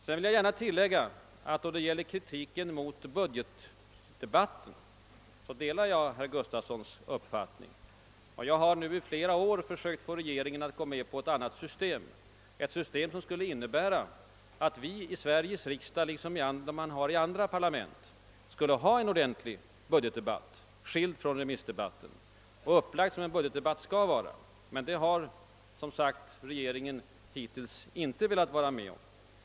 Jag vill gärna tillägga, att då det gäller remissdebatten som sådan delar jag herr Gustafsons i Göteborg kritiska uppfattning. Jag har nu i flera år försökt få regeringen att gå med på en annan ordning — ett system som skulle innebära att vi finge, liksom man har i andra parlament, en ordentlig budgetdebatt, skild från remissdebatten i övrigt och upplagd som en budgetdebatt skall vara. Men det har regeringen hittills inte velat vara med om.